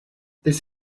this